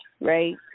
right